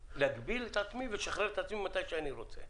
להגביל את עצמי ולשחרר את עצמי מתי שאני רוצה.